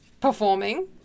performing